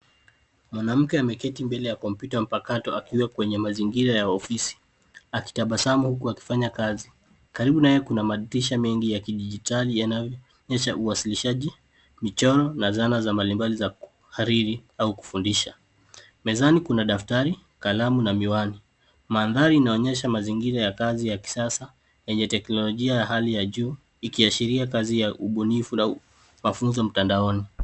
Mwanamke ameketi mbele ya kompyuta mpakato akiwa kwenye mazingira ya ofisi, akitabasamu huku akifanya kazi. Karibu naye kuna madirisha mengi ya kidigitali yanayoonyesha uwasilishaji michoro na zana mbalimbali za kuhariri au kufundisha. Mezani kuna daftari, kalamu na miwani. Mandhari inaonyesha mazingira ya kazi ya kisasa yenye teknolojia ya hali ya juu ikiashiria kazi ya ubunifu au mafunzo mtandaoni.